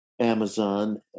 Amazon